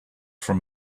from